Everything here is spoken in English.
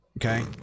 Okay